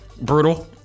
brutal